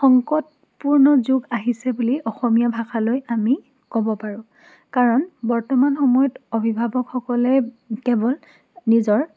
সংকটপূৰ্ণ যুগ আহিছে বুলি অসমীয়া ভাষালৈ আমি ক'ব পাৰোঁ কাৰণ বৰ্তমান সময়ত অভিভাৱকসকলে কেৱল নিজৰ